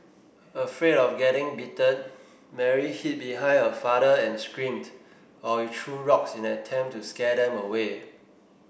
afraid of getting bitten Mary hid behind her father and screamed while he threw rocks in an attempt to scare them away